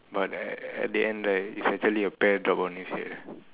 but at at the end right is actually a pear drop on his head eh